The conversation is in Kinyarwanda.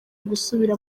gusubira